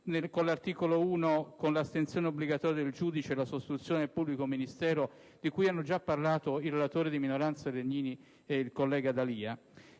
con l'articolo 1, con l'astensione obbligatoria del giudice e la sostituzione del pubblico ministero, di cui hanno già parlato il relatore di minoranza Legnini e il collega D'Alia,